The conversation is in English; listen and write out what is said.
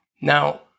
Now